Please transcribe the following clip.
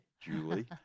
Julie